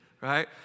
Right